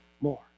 more